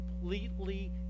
completely